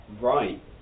Right